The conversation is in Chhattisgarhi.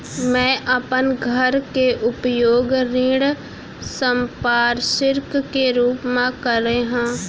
मै अपन घर के उपयोग ऋण संपार्श्विक के रूप मा करे हव